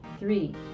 Three